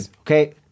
Okay